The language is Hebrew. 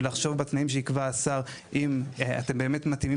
ולחשוב האם בתנאים שיקבע השר אתם באמת תהיו מתאימים